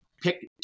pick